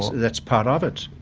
that's part of it.